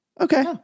okay